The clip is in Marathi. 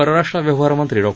परराष्ट्र व्यवहार मंत्री डॉ